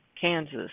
Kansas